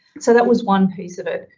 so that was one piece of it,